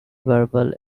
verbal